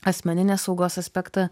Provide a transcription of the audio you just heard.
asmeninės saugos aspektą